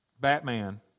Batman